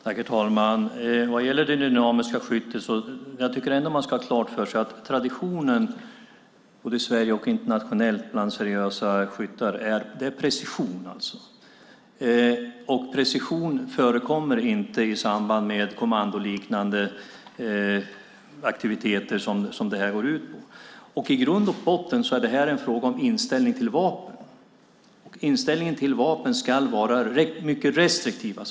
Herr talman! Vad gäller det dynamiska skyttet ska man ha klart för sig att traditionen både i Sverige och internationellt bland seriösa skyttar handlar om precision. Precision förekommer inte i samband med kommandoliknande aktiviteter som det här går ut på. I grund och botten är det fråga om inställning till vapen, och vi ska vara mycket restriktiva.